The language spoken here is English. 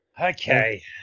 Okay